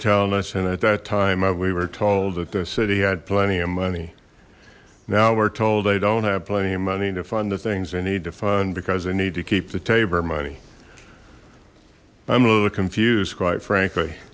telling us and at that time up we were told that the city had plenty of money now we're told they don't have plenty of money to fund the things they need to fund because they need to keep the tabor money i'm a little confused quite frankly